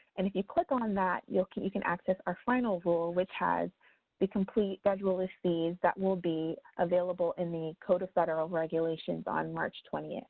and if you click on that, you can you can access our final rule, which has the complete federal fees that will be available in the code of federal regulations on march twenty.